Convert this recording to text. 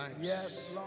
Yes